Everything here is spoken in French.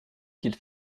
qu’il